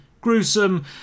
gruesome